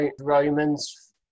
romans